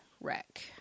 wreck